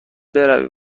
بروی